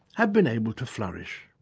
have been able to flourish.